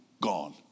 gone